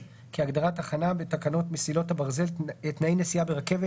כהגדרת תחנה בתקנות מסילות הברזל (תנאי נסיעה ברכבת),